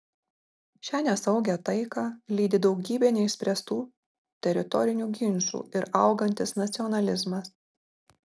šią nesaugią taiką lydi daugybė neišspręstų teritorinių ginčų ir augantis nacionalizmas